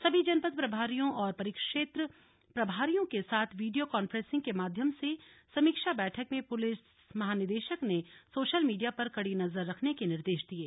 सभी जनपद प्रभारियों और परिक्षेत्र प्रभारियों के साथ वीडियो कान्फ्रेसिंग के माध्यम से समीक्षा बैठक में पुलिस महानिदेशक ने सोशल मीडिया पर कड़ी नजर रखने के निर्देश दिये